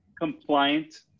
compliant